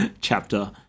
chapter